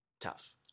tough